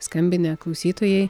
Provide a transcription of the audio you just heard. skambinę klausytojai